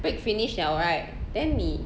break finish liao right then 你